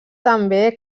també